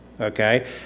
Okay